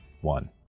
one